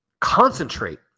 concentrate